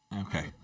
Okay